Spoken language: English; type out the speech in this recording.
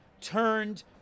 turned